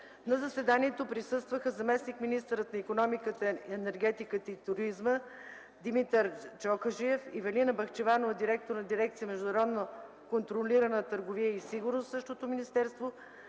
На заседанието присъстваха: заместник-министърът на икономиката, енергетиката и туризма Димитър Чохаджиев, Ивелина Бахчеванова – директор на дирекция „Международно контролирана търговия и сигурност” в същото министерство,